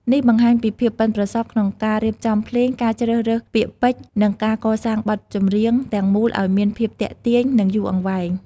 នេះបង្ហាញពីភាពប៉ិនប្រសប់ក្នុងការរៀបចំភ្លេង ការជ្រើសរើសពាក្យពេចន៍ និងការកសាងបទចម្រៀងទាំងមូលឱ្យមានភាពទាក់ទាញ និងយូរអង្វែង។